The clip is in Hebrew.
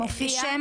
כתחוב